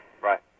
Right